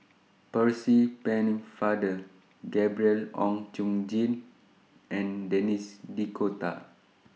Percy Pennefather Gabriel Oon Chong Jin and Denis D'Cotta